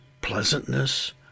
pleasantness